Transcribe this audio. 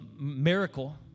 miracle